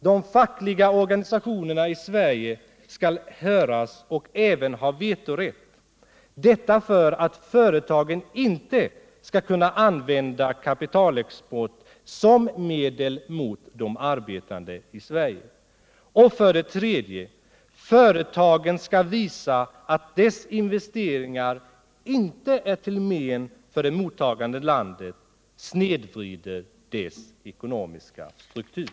De fackliga organisationerna i Sverige skall höras och även ha vetorätt — detta för att företagen inte skall kunna använda kapitalexport som medel mot de arbetande i Sverige. 3. Företaget skall visa att dess investeringar icke är till men för det mottagande landet och snedvrider dess ekonomiska struktur.